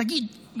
תגיד,